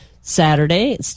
Saturday